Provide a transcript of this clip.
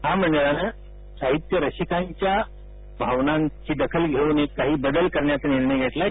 महामंडळाने साहित्य रसिकांच्या भावनांची दखल घेउन काही बदल करण्याचा निर्णय घेतला आहे